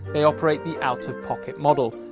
they operate the out of pocket model,